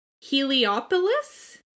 Heliopolis